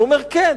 הוא אומר, כן.